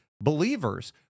believers